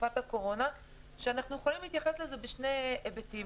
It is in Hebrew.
בתקופת הקורונה שאנחנו יכולים להתייחס לזה בשני היבטים.